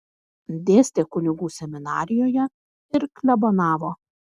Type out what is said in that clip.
dėstė kunigų seminarijoje ir klebonavo